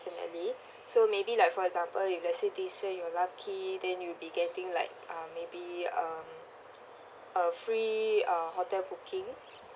~finitely so maybe like for example let's say this year you are lucky then you'll be getting like uh maybe um a free uh hotel booking